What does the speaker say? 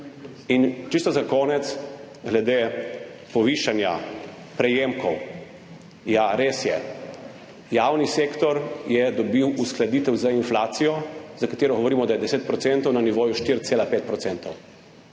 Čisto za konec glede povišanja prejemkov. Ja, res je, javni sektor je dobil uskladitev z inflacijo, za katero govorimo, da je 10 %, na nivoju 4,5 %.